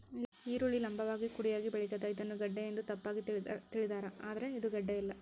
ಈರುಳ್ಳಿ ಲಂಭವಾಗಿ ಕುಡಿಯಾಗಿ ಬೆಳಿತಾದ ಇದನ್ನ ಗೆಡ್ಡೆ ಎಂದು ತಪ್ಪಾಗಿ ತಿಳಿದಾರ ಆದ್ರೆ ಇದು ಗಡ್ಡೆಯಲ್ಲ